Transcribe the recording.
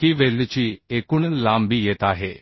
की वेल्डची एकूण लांबी येत आहे